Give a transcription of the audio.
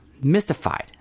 mystified